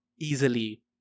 easily